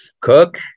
cook